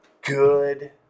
good